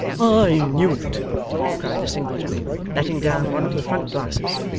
i knew it cried the single gentleman, letting down one of the front glasses.